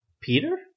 Peter